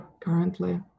currently